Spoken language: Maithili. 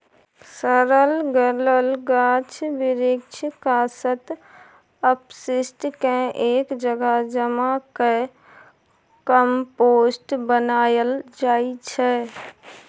सरल गलल गाछ बिरीछ, कासत, अपशिष्ट केँ एक जगह जमा कए कंपोस्ट बनाएल जाइ छै